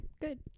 good